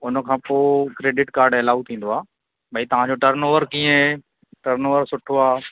हुन खां पोइ क्रेडिट काड एलाउ थींदो आहे भई तव्हांजो टर्न ऑवर कीअं आहे टर्न ऑवर सुठो आहे